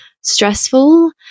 stressful